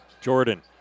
Jordan